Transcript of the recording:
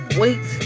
wait